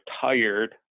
tired